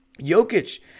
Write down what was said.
Jokic